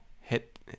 hit